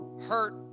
hurt